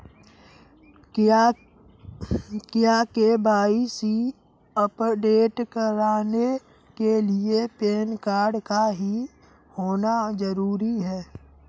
क्या KYC update कराने के लिए पैन कार्ड का ही होना जरूरी है?